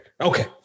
Okay